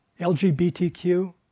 LGBTQ